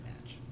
match